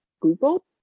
Google